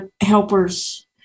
helpers